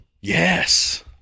Yes